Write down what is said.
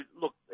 look